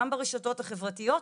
גם ברשתות החברתיות,